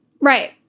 Right